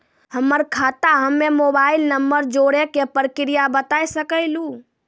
हमर खाता हम्मे मोबाइल नंबर जोड़े के प्रक्रिया बता सकें लू?